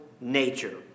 nature